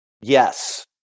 Yes